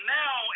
now